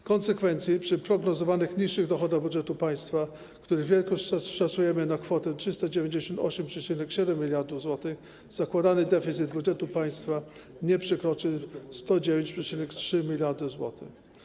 W konsekwencji przy prognozowanych niższych dochodach budżetu państwa, których wielkość szacujemy na kwotę 398,7 mld zł, zakładany deficyt budżetu państwa nie przekroczy 109,3 mld zł.